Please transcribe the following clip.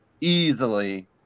easily